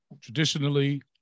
traditionally